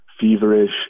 feverish